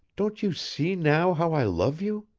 don't you see now how i love you?